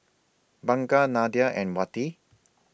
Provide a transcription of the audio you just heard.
Bunga Nadia and Wati